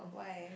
why